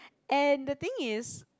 and the thing is